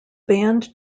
band